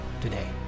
today